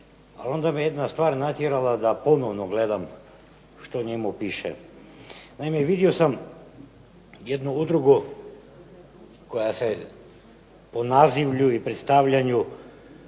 ali onda me jedna stvar natjerala da ponovno gledam što u njemu piše. Naime, vidio sam jednu udrugu koja se po nazivlju i predstavljanju